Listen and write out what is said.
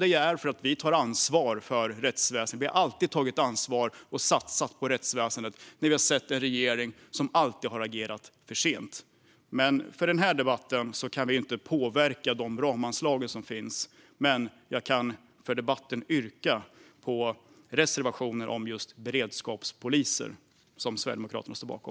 Det är för att vi tar ansvar för rättsväsendet. Vi har alltid tagit ansvar och satsat på rättsväsendet när vi har sett en regering som alltid har agerat för sent. I den här debatten kan vi inte påverka de ramanslag som finns, men jag kan yrka bifall till reservationen om beredskapspoliser som Sverigedemokraterna står bakom.